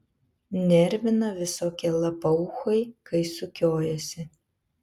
nervina visokie lapauchai kai sukiojasi